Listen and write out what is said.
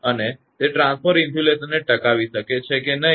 અને તે ટ્રાન્સફોર્મર ઇન્સ્યુલેશનને ટકાવી શકે છે કે નહીં